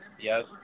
Yes